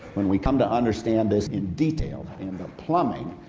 when we come to understand this in detail plumbing,